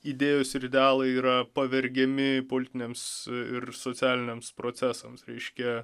idėjos ir idealai yra pavergiami politiniams ir socialiniams procesams reiškia